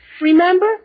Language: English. Remember